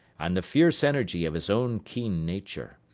and the fierce energy of his own keen nature.